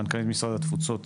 מנכ"לית משרד התפוצות,